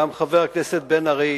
גם חבר הכנסת בן-ארי